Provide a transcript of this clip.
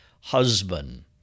husband